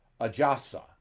Ajasa